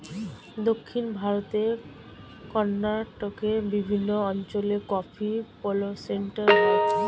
দক্ষিণ ভারতে কর্ণাটকের বিভিন্ন অঞ্চলে কফি প্লান্টেশন হয়